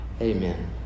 Amen